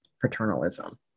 paternalism